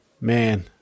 man